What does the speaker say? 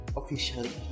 officially